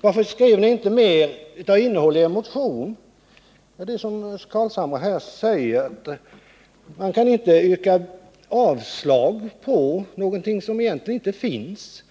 Varför gav ni inte mer av innehåll i er motion, frågar Per Gahrton. Man kan inte, som Nils Carlshamre sade, yrka avslag på någonting som egentligen inte finns.